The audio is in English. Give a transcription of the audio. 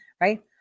right